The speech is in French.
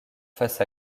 face